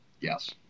Yes